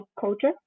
culture